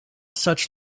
such